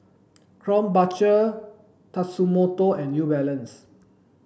Krombacher Tatsumoto and New Balance